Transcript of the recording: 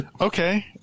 Okay